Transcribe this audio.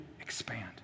expand